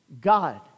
God